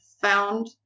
found